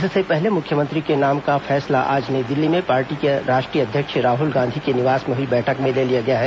इससे पहले मुख्यमंत्री के नाम का फैसला आज नई दिल्ली में पार्टी के राष्ट्रीय अध्यक्ष राहल गांधी के निवास में हई बैठक में ले लिया गया है